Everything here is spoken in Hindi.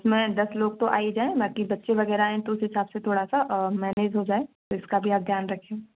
उसमें दस लोग तो आ ही जाएं बाकी बच्चे वगैरह हैं तो उस हिसाब से थोड़ा सा मैनेज हो जाए तो इसका भी आप ध्यान रखें